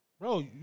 bro